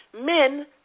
men